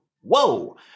whoa